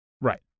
Right